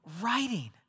writing